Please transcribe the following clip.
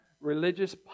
religious